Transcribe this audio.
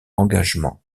engagement